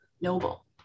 noble